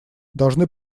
должны